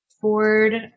Ford